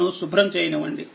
నన్ను శుభ్రం చేయనివ్వండి